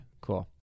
cool